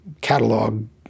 catalog